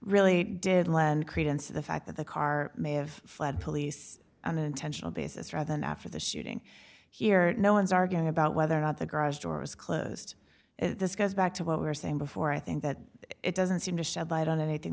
really did lend credence to the fact that the car may have led police on an intentional basis rather than after the shooting here no one's arguing about whether or not the garage door is closed this goes back to what we were saying before i think that it doesn't seem to shed light on anything